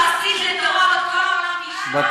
להמשיך להסית לטרור את כל העולם ואשתו, את הדוגמה.